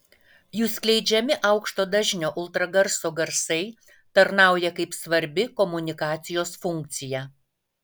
jų skleidžiami aukšto dažnio ultragarso garsai tarnauja kaip svarbi komunikacijos funkcija